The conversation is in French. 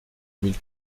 mille